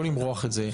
לא למרוח את זה.